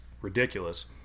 ridiculous